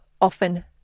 often